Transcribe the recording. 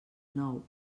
nou